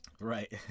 Right